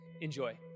Enjoy